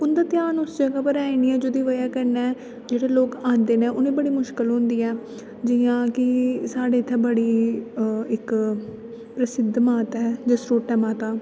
उंदा ध्यान उस जगह पर है नी जेहदी बजह कन्नै जेहडे़ लोक आंदे ना उंहेगी बड़ी मुशकिल होंदी ऐ आने च जियां कि साढ़े इत्थै बड़ी इक प्रसिद्ध माता ऐ जसरोटा माता